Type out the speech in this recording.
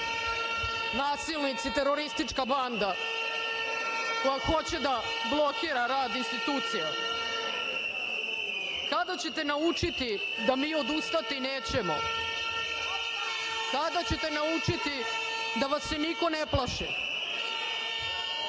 teroristička banda koja hoće da blokira rad institucije. Kada ćete naučiti da mi odustati nećemo? Kada ćete naučiti da vas se niko ne plaši?